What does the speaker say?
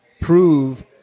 prove